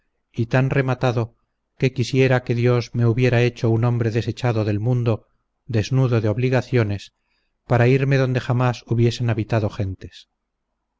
y tan rematado que quisiera que dios me hubiera hecho un hombre desechado del mundo desnudo de obligaciones para irme donde jamás hubiesen habitado gentes